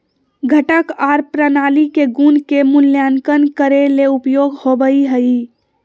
घटक आर प्रणाली के गुण के मूल्यांकन करे ले उपयोग होवई हई